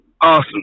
Awesome